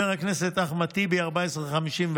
1453,